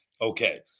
Okay